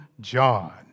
John